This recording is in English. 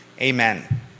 amen